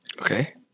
Okay